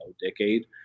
decade